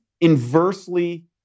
inversely